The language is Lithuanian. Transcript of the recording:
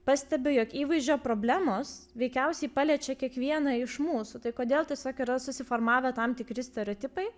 pastebiu jog įvaizdžio problemos veikiausiai paliečia kiekvieną iš mūsų tai kodėl tiesiog yra susiformavę tam tikri stereotipai